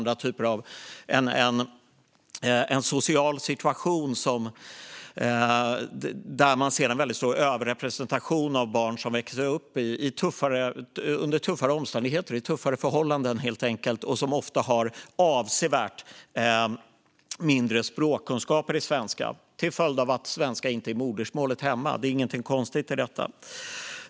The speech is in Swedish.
Det är en social situation där man ser en väldigt stor överrepresentation av barn som växer upp under tuffare omständigheter, tuffare förhållanden. Och de har ofta avsevärt mindre kunskap i svenska språket, till följd av att svenska inte är modersmålet hemma. Det är inget konstigt med det.